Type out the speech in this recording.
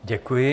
Děkuji.